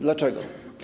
Dlaczego?